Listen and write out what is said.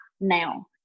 now